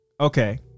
Okay